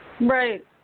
Right